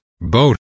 boat